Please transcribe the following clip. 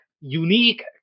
unique